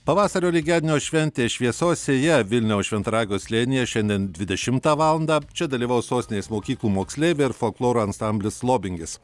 pavasario lygiadienio šventė šviesos sėja vilniaus šventaragio slėnyje šiandien dvidešimtą valandą čia dalyvaus sostinės mokyklų moksleiviai ir folkloro ansamblis lobingis